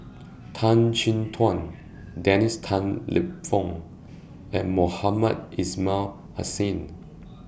Tan Chin Tuan Dennis Tan Lip Fong and Mohamed Ismail Hussain